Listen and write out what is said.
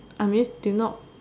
I mean did not